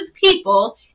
people